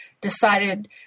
decided